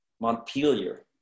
Montpelier